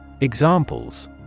Examples